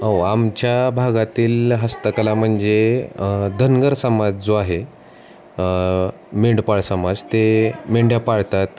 हो आमच्या भागातील हस्तकला म्हणजे धनगर समाज जो आहे मेंढपाळ समाज ते मेंढ्या पाळतात